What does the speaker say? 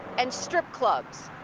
and strip clubs.